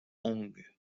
hong